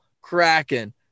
Kraken